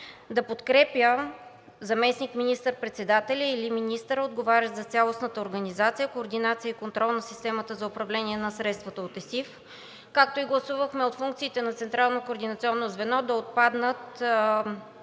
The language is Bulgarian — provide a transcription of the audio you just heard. да подкрепя заместник министър-председателя или министъра, отговарящ за цялостната организация, координация и контрол на системата за управление на средствата от ЕСИФ, както и гласувахме функциите на Централното